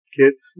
kids